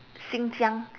xinjiang